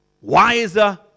wiser